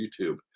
YouTube